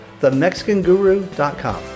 themexicanguru.com